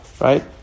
right